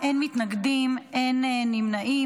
הכנסת יונתן מישרקי,